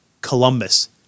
Columbus